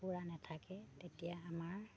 কুকুৰা নাথাকে তেতিয়া আমাৰ